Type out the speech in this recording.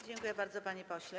Dziękuję bardzo, panie pośle.